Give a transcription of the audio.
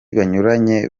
banyuranye